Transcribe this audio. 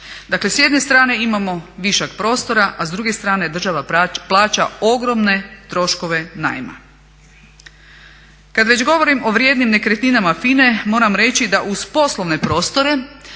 Dakle s jedne strane imamo višak prostora, a s druge strane država plaća ogromne troškove najma. Kad već govorim o vrijednim nekretninama FINA-e moram reći da uz poslovne prostore